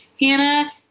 Hannah